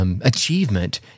Achievement